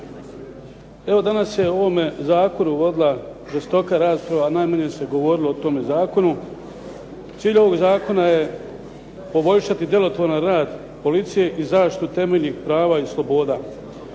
Evo danas se o ovome zakonu vodila žestoka rasprava, a najmanje se govorilo o tome zakonu. Cilj ovog zakona je poboljšati djelotvoran rad policije i zaštitu temeljnih prava i sloboda.